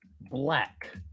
black